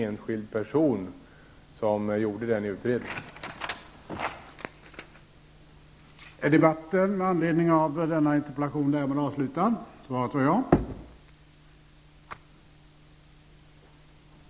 Så är ju alltid fallet när det gäller utredningar inom BRÅ.